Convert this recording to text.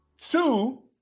two